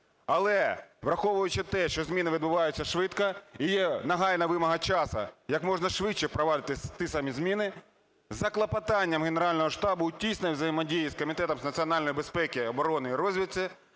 Але враховуючи те, що зміни відбуваються швидко і нагальна вимога часу якомога швидше впровадити ті самі зміни за клопотанням Генерального штабу у тісній взаємодії з Комітетом з національної безпеки, оборони і розвідки